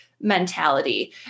mentality